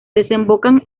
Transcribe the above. desemboca